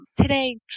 today